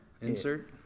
insert